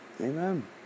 Amen